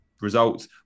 results